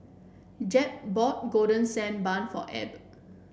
Jep bought Golden Sand Bun for Abb